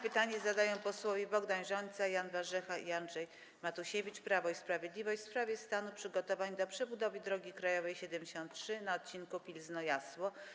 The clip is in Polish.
Pytanie zadają posłowie Bogdan Rzońca, Jan Warzecha i Andrzej Matusiewicz, Prawo i Sprawiedliwość, w sprawie stanu przygotowań do przebudowy drogi krajowej nr 73 na odcinku Pilzno - Jasło.